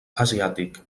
asiàtic